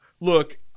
Look